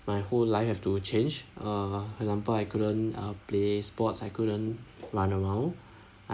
my whole life have to change uh example I couldn't uh play sports I couldn't run around